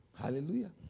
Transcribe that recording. Hallelujah